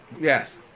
Yes